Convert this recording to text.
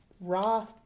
raw